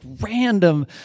random